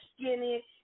skinny